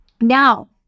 Now